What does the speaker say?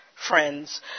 Friends